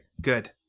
Good